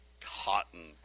cotton